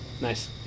Nice